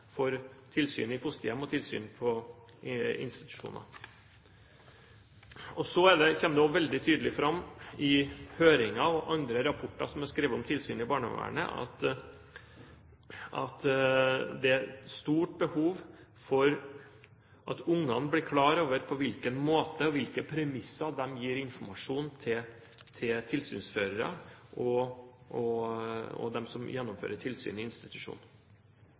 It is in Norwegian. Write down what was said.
for tilsyn i fosterhjem og tilsyn på institusjoner. Det kommer også veldig tydelig fram i høringer og andre rapporter som er skrevet om tilsyn i barnevernet, at det er stort behov for at ungene blir klar over på hvilken måte og på hvilke premisser de gir informasjon til tilsynsførere og til dem som gjennomfører tilsyn i